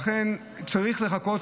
לכן, צריך לחכות.